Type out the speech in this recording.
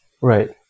right